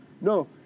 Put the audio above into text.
No